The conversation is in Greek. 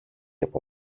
από